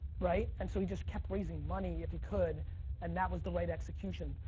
right? and so he just kept raising money if he could and that was the right execution.